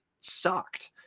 sucked